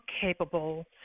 capable